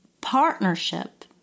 partnership